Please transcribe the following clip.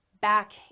back